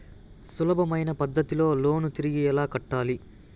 సులభమైన పద్ధతిలో లోను తిరిగి ఎలా కట్టాలి